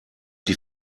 die